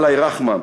אללה ירחמם.